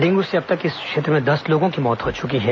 dengue से अब तक इस क्षेत्र में दस लोगों की मौत हो चुकी है